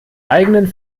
eigenen